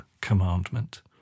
commandment